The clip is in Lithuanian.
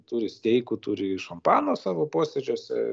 turi steikų turi šampano savo posėdžiuose